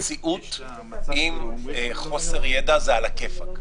זו מציאות עם חוסר ידע, זה על הכיפאק.